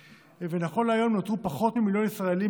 ונכון להיום נותרו פחות ממיליון ישראלים